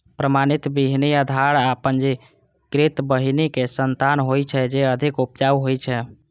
प्रमाणित बीहनि आधार आ पंजीकृत बीहनिक संतान होइ छै, जे अधिक उपजाऊ होइ छै